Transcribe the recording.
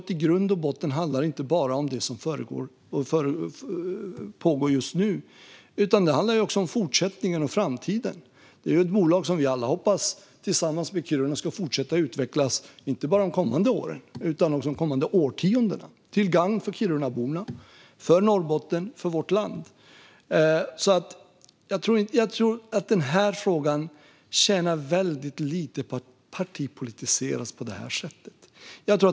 I grund och botten handlar det inte bara om det som pågår just nu, utan det handlar också om fortsättningen och framtiden. Det här är ett bolag som vi alla tillsammans med Kiruna hoppas ska fortsätta utvecklas inte bara de kommande åren utan även de kommande årtiondena till gagn för Kirunaborna, Norrbotten och vårt land. Jag tror att frågan tjänar väldigt lite på att partipolitiseras på detta sätt.